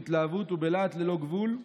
בהתלהבות ובלהט ללא גבול,